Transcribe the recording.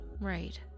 Right